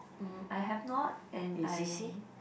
mm I have not and I